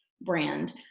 brand